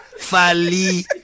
fali